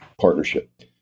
partnership